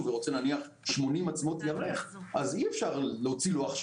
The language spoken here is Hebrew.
ורוצה למשל 80 עצמות ירך אז אי אפשר להוציא לו מיד,